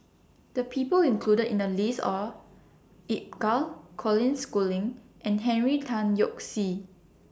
The People included in The list Are Colin Schooling and Henry Tan Yoke See